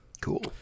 Cool